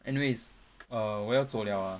anyways 我要走 liao ah